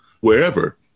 wherever